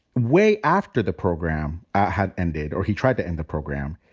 way after the program had ended, or he tried to end the program,